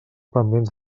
pendents